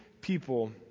people